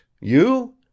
You